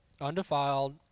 undefiled